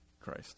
Christ